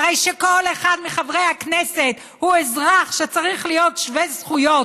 הרי שכל אחד מחברי הכנסת הוא אזרח שצריך להיות שווה זכויות,